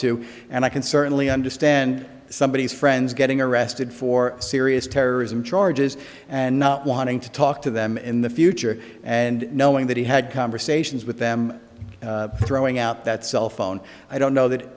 to and i can certainly understand somebody whose friends getting arrested for serious terrorism charges and not wanting to talk to them in the future and knowing that he had conversations with them throwing out that cell phone i don't know that